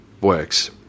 works